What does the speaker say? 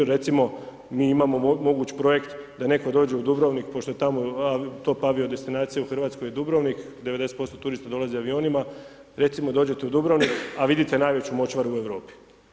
Recimo, mi imamo moguć projekt da netko dođe u Dubrovnik, pošto je tamo, to avio destinacija u RH je Dubrovnik, 90% turista dolazi avionima, recimo, dođete u Dubrovnik, a vidite najveću močvaru u Europi.